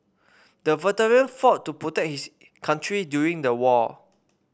the veteran fought to protect his country during the war